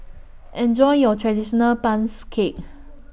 Enjoy your Traditional bangs Cake